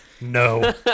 no